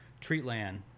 Treatland